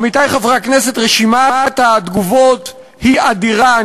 עמיתי חברי הכנסת, רשימת התגובות היא אדירה.